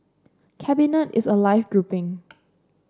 cabinet is a live grouping